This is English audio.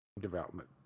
development